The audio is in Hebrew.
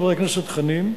חבר הכנסת חנין,